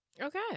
okay